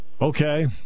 Okay